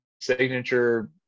signature